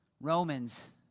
Romans